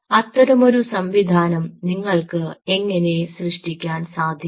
അത്തരമൊരു സംവിധാനം നിങ്ങൾക്ക് എങ്ങിനെ സൃഷ്ടിക്കാൻ സാധിക്കും